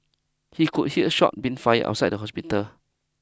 he could hear shots being fired outside the hospital